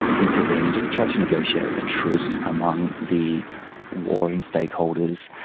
intervened, tried to negotiate a truce among the warring stakeholders.